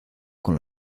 con